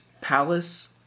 palace